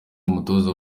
umutoza